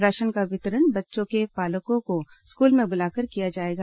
ration का वितरण बच्चों के पालकों को स्कूल में बुलाकर किया जाएगा